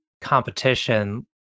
competition